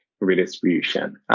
redistribution